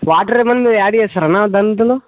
water ఏమన్నా నువ్వు add చేస్తారా అన్న దన్ అందులో